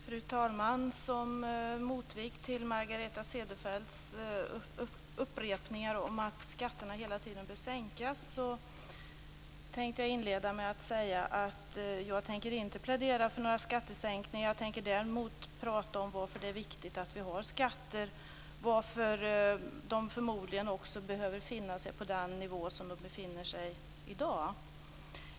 Fru talman! Som motvikt till Margareta Cederfelts upprepningar om att skatterna bör sänkas tänker jag inleda med att säga att jag inte tänker plädera för några skattesänkningar. Däremot tänker jag tala om varför det är viktigt att vi har skatter och varför de förmodligen behöver ligga på den nivå som de gör i dag.